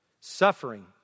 Suffering